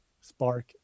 spark